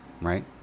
right